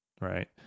right